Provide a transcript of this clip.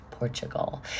Portugal